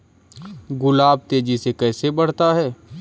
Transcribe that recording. गुलाब तेजी से कैसे बढ़ता है?